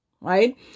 right